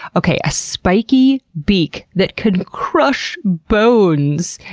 okay, a spiky beak that could crush bones!